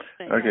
Okay